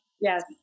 Yes